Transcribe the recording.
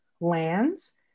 lands